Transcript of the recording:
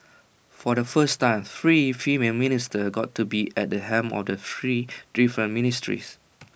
for the first time three female ministers got to be at the helm of the three different ministries